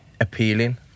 appealing